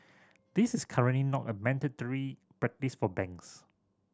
this is currently not a mandatory practise for banks